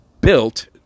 built